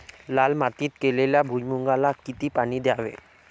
लाल मातीत केलेल्या भुईमूगाला किती पाणी द्यावे?